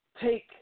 take